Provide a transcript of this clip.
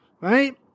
Right